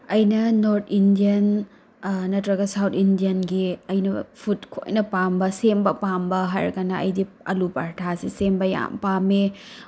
ꯑꯩꯅ north Indian ꯅꯠꯇꯔꯒ south ꯏꯟꯗꯤꯌꯥꯟꯒꯤ ꯑꯩꯅ ꯐꯨꯗ ꯈ꯭ꯋꯥꯏꯅ ꯄꯥꯝꯕ ꯁꯦꯝꯕ ꯄꯥꯝꯕ ꯍꯥꯏꯔꯒꯅ ꯑꯩꯗꯤ ꯑꯂꯨ ꯄꯔꯊꯥꯁꯦ ꯁꯦꯝꯕ ꯌꯥꯝ ꯄꯥꯝꯃꯦ